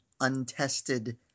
untested